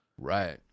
Right